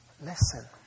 Listen